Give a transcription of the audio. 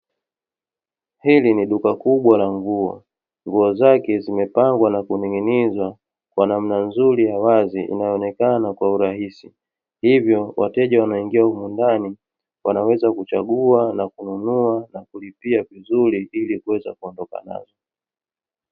Hili ni duka kubwa la nguo, nguo zake zimepangwa na kuning'inizwa kwa namna nzuri ya wazi inayoonekana kwa urahisi. Hivyo, wateja wanaoingia humo ndani wanaweza kuchagua na kununua na kulipia vizuri ili kuweza kuondoka nazo.